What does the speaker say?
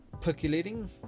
percolating